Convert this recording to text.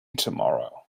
tomorrow